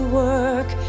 work